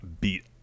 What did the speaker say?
beat